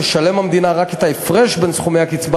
תשלם המדינה רק את ההפרש בין סכומי הקצבה